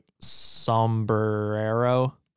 sombrero